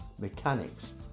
mechanics